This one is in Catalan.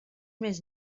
més